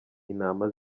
intama